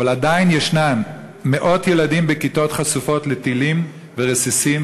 אבל עדיין יש באשדוד מאות ילדים בכיתות חשופות לטילים ורסיסים.